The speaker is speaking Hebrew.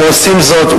הם עושים זאת,